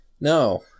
No